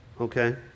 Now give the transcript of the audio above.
okay